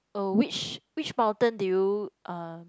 uh which which mountain did you uh